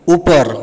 ऊपर